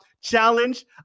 challenge